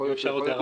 וכאן היתה הערה,